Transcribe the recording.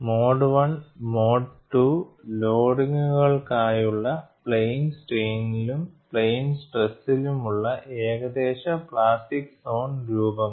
mode I mode II ലോഡിംഗുകൾക്കായുള്ള plane സ്ട്രെയിൻലും plane സ്ട്രെസിലും ഉള്ള ഏകദേശ പ്ലാസ്റ്റിക് സോൺ രൂപങ്ങൾ